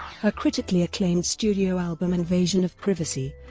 her critically acclaimed studio album invasion of privacy,